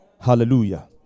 Hallelujah